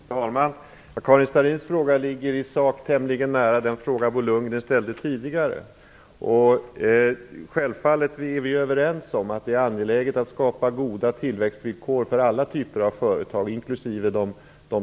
Fru talman! Karin Starrins fråga ligger i sak tämligen nära den fråga som Bo Lundgren ställde tidigare. Självfallet är vi överens om att det är angeläget att skapa goda tillväxtvillkor för alla typer av företag, inklusive de små.